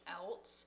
else